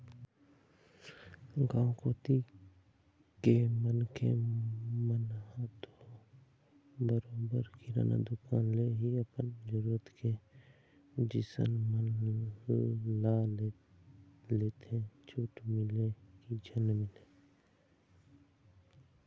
गाँव कोती के मनखे मन ह तो बरोबर किराना दुकान ले ही अपन जरुरत के जिनिस मन ल लेथे छूट मिलय की झन मिलय